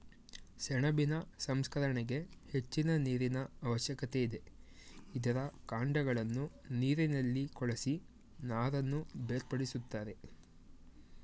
ಸೆಣಬಿನ ಸಂಸ್ಕರಣೆಗೆ ಹೆಚ್ಚಿನ ನೀರಿನ ಅವಶ್ಯಕತೆ ಇದೆ, ಇದರ ಕಾಂಡಗಳನ್ನು ನೀರಿನಲ್ಲಿ ಕೊಳೆಸಿ ನಾರನ್ನು ಬೇರ್ಪಡಿಸುತ್ತಾರೆ